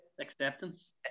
Acceptance